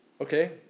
Okay